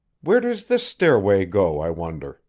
where does this stairway go, i wonder?